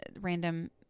random